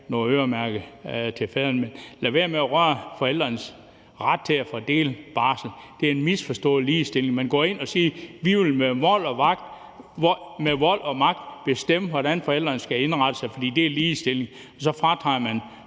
øremærket barsel til fædrene. Men lad være med at røre ved forældrenes ret til at fordele barslen. Det er en misforstået ligestilling. Man går ind og siger, at vi med vold og magt vil bestemme, hvordan forældrene skal indrette sig, fordi det er ligestilling, og så fratager man